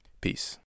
Peace